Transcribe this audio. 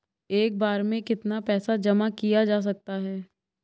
एक बार में कितना पैसा जमा किया जा सकता है?